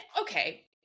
okay